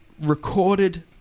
recorded